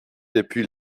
depuis